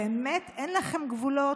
באמת אין לכם גבולות?